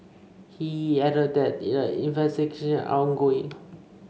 he added that investigation are ongoing